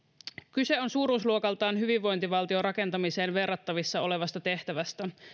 kyse on suuruusluokaltaan hyvinvointivaltion rakentamiseen verrattavissa olevasta tehtävästä